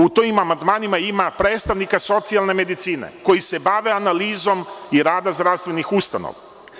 U tim amandmanima ima predstavnika socijalne medicine koji se bave analizom i radom zdravstvenih ustanova.